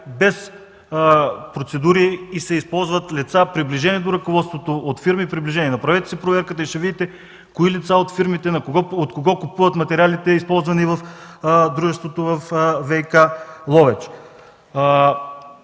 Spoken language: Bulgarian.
без процедури и се използват лица, приближени до ръководството, от приближени фирми. Направете проверка и ще видите кои са лицата, фирмите, от кого купуват материалите, използвани в дружеството във ВиК – Ловеч.